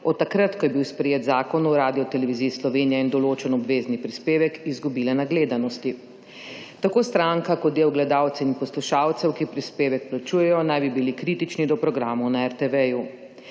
od takrat, ko je bil sprejet Zakon o Radioteleviziji Slovenija in določen obvezni prispevek, izgubile na gledanosti. Tako stranka kot del gledalcev in poslušalcev, ki prispevek plačujejo, naj bi bili kritični do programov na RTV.